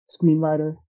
screenwriter